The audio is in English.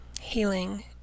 healing